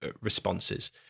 responses